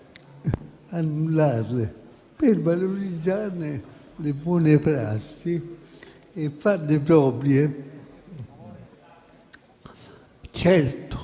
annullarle, bensì per valorizzarne le buone prassi e farle proprie. Certo,